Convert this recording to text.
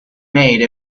made